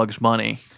money